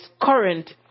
current